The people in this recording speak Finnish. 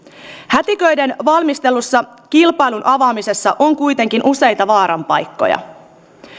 hätiköiden valmistellussa kilpailun avaamisessa on kuitenkin useita vaaran paikkoja